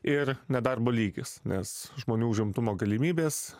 ir nedarbo lygis nes žmonių užimtumo galimybės